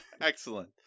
excellent